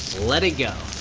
let it go.